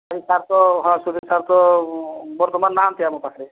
sir ତ Sudhir sir ତ ବର୍ତ୍ତମାନ ନାହାନ୍ତି ଆମ ପାଖରେ